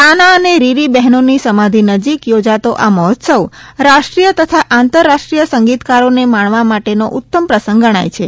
તાના અને રીરી બહેનોની સમાધિ નજીક યોજાતો આ મહોત્સવ રાષ્ટ્રીય તથા આંતરરાષ્ટ્રીય સંગીતકારોને માણવા માટેનો ઊત્તમ પ્રસંગ ગણાય છે